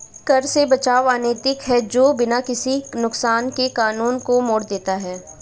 कर से बचाव अनैतिक है जो बिना किसी नुकसान के कानून को मोड़ देता है